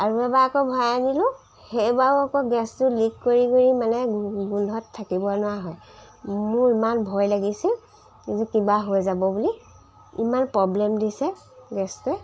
আৰু এবাৰ আকৌ ভৰাই আনিলোঁ সেইবাৰো আকৌ গেছটো লিক কৰি কৰি মানে গোন্ধত থাকিব নোৱাৰা হয় মোৰ ইমান ভয় লাগিছিল যে কিবা হৈ যাব বুলি ইমান প্ৰব্লেম দিছে গেছটোৱে